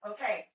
Okay